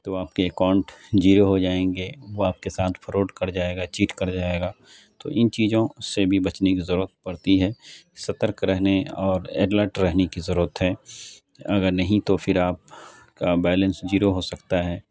تو آپ کے اکاؤنٹ جیرو ہو جائیں گے وہ آپ کے ساتھ فروڈ کر جائے گا چیٹ کر جائے گا تو ان چیجوں سے بھی بچنے کی ضرورت پڑتی ہے سترک رہنے اور ایلرٹ رہنے کی ضرورت ہے اگر نہیں تو پھر آپ کا بیلنس جیرو ہو سکتا ہے